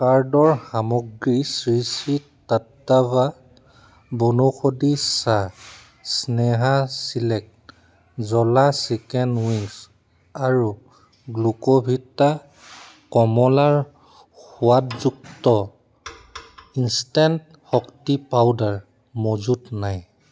কাৰ্টৰ সামগ্ৰী শ্ৰী শ্ৰী টাট্টাৱা বনৌষধি চাহ স্নেহা চিলেক্ট জ্ৱলা চিকেন উইংছ আৰু গ্লুকোভিটা কমলাৰ সোৱাদযুক্ত ইনষ্টেণ্ট শক্তি পাউডাৰ মজুত নাই